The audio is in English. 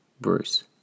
Bruce